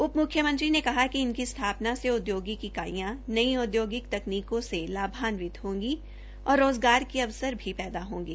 उप मुख्यमंत्री ने कहा कि इनकी स्थापना से ओचौगिक इकाइयां नई ओद्यौगिक तकनीकों से लाभान्वित होंगी और रोजगार के अवसर भी पैदा होंगे